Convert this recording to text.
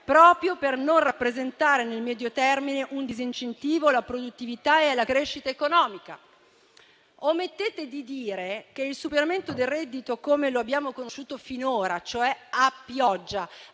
proprio per non rappresentare nel medio termine un disincentivo alla produttività e alla crescita economica. Omettete di dire che il superamento del reddito come lo abbiamo conosciuto finora, cioè a pioggia